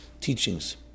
teachings